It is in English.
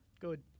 Good